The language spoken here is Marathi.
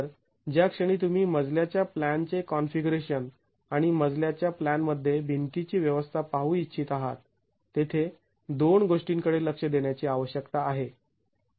तर ज्या क्षणी तुम्ही मजल्याच्या प्लॅन चे कॉन्फिगरेशन आणि मजल्याच्या प्लॅन मध्ये भिंतीची व्यवस्था पाहू इच्छित आहात तेथे दोन गोष्टींकडे लक्ष देण्याची आवश्यकता आहे